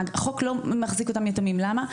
החוק לא מחזיק אותם יתומים, למה?